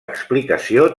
explicació